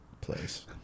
place